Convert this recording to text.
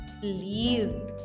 please